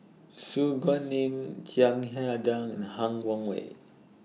Su Guaning Chiang Hai Ding and Han Guangwei